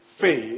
faith